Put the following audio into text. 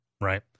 right